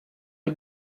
est